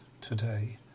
today